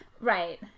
right